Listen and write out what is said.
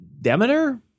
Demeter